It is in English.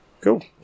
Cool